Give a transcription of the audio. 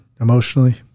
emotionally